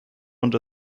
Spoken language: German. und